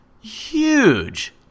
huge